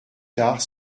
tard